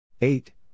eight